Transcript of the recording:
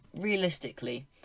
Realistically